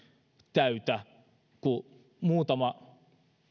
täytä kuin muutama